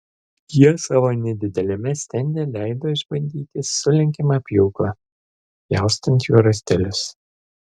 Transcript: jie savo nedideliame stende leido išbandyti sulenkiamą pjūklą pjaustant juo rąstelius